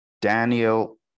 Daniel